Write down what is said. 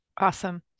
Awesome